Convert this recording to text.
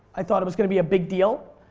i thought it was going to be a big deal.